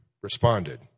responded